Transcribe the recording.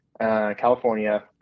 California